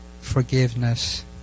forgiveness